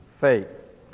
faith